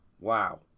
Wow